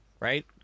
right